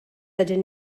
ydyn